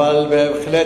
אבל בהחלט,